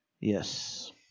Yes